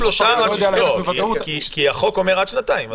אני לא יודע להגיד לוודאות --- החוק אומר עד שנתיים.